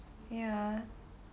ya